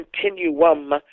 continuum